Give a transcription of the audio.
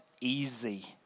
easy